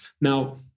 Now